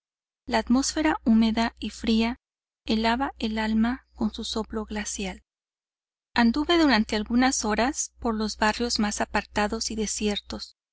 la atmósfera húmeda y fría helaba el alma con su soplo glacial anduve durante algunas horas por los barrios más apartados y desiertos